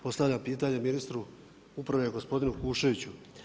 Postavljam pitanje ministru uprave gospodinu Kuščeviću.